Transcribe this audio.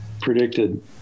predicted